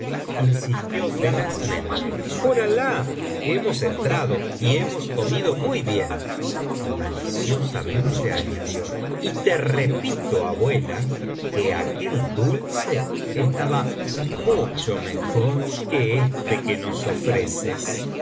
insistió tenazmente por alah hemos entrado y hemos comido muy bien y maliciosamente añadió y te repito abuela que aquel dulce estaba mucho mejor que este que nos ofreces